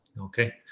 Okay